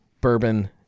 bourbon